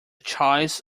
choice